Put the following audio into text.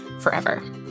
forever